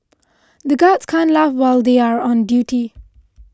the guards can't laugh while they are on duty